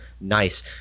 nice